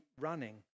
running